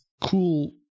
cool